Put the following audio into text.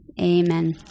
Amen